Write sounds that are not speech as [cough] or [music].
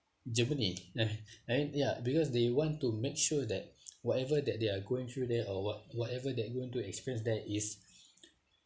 germany [laughs] ya because they want to make sure that whatever that they're going through there or what whatever they're going to experience there is [breath]